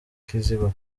kiziba